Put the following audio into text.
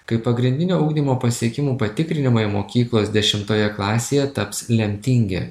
kai pagrindinio ugdymo pasiekimų patikrinimai mokyklos dešimtoje klasėje taps lemtingi